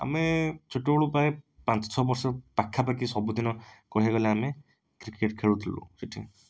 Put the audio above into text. ଆମେ ଛୋଟ ବେଳୁ ପ୍ରାୟ ପାଞ୍ଚ ଛଅବର୍ଷ ପାଖା ପାଖି ସବୁଦିନ କହିବାକୁ ଗଲେ ଆମେ କ୍ରିକେଟ୍ ଖେଳୁଥିଲୁ ସେଠି